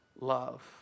love